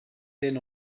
den